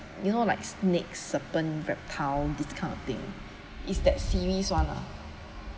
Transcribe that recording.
you know like snake serpent reptile this kind of thing is that series one lah